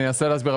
אני אנסה להסביר,